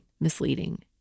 misleading